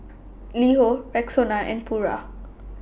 LiHo Rexona and Pura